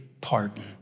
pardon